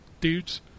dudes